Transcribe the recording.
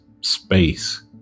space